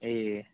ए